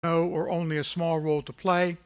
...or only a small role to play.